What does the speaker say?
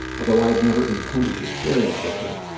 although i had never intended to share that with her,